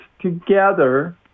together